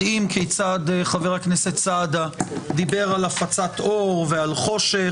מדהים כיצד חבר הכנסת סעדה דיבר על הפצת אור ועל חושך,